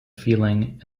feeling